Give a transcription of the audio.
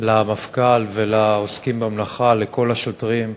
למפכ"ל ולעוסקים במלאכה, לכל השוטרים.